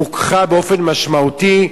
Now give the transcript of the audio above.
רוככה באופן משמעותי,